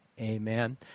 Amen